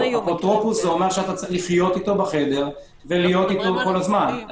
אפוטרופוס זה אומר שאתה צריך לחיות אתו בחדר ולהיות אתו כל הזמן.